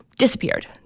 disappeared